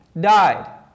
died